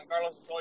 Carlos